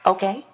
Okay